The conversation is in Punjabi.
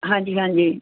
ਹਾਂਜੀ ਹਾਂਜੀ